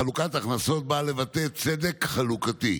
חלוקת הכנסות הוא לבטא צדק חלוקתי,